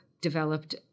developed